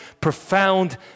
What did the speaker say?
profound